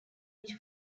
age